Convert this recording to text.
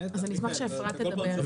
אני אשמח שאפרת נחלון תדבר.